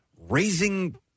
raising